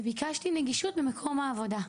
וביקשתי נגישות למקום העבודה.